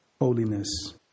holiness